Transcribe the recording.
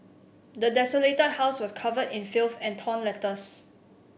the desolated house was covered in filth and torn letters